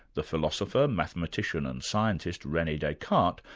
the philosopher, mathematician and scientist, rene descartes,